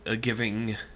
giving